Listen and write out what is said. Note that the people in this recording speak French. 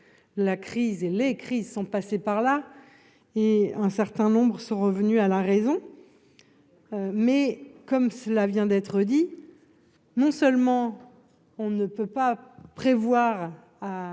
la crise et les crises sont passés par là, et un certain nombres sont revenus à la raison, mais comme cela vient d'être dit, non seulement on ne peut pas prévoir à